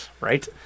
Right